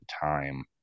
time